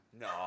No